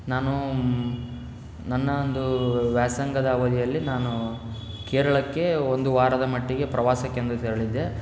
ನಾನು ನನ್ನ ಒಂದು ವ್ಯಾಸಂಗದ ಅವಧಿಯಲ್ಲಿ ನಾನು ಕೇರಳಕ್ಕೆ ಒಂದು ವಾರದ ಮಟ್ಟಿಗೆ ಪ್ರವಾಸಕ್ಕೆಂದು ತೆರಳಿದ್ದೆ